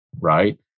Right